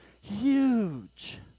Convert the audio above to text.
huge